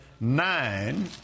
nine